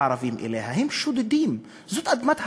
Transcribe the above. הערבים פלשו אליה, הם שודדים, זו אדמת היהודים,